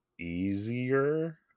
easier